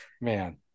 man